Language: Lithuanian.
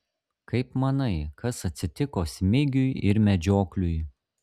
kaip manai kas atsitiko smigiui ir medžiokliui